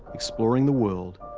exploring the world,